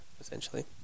essentially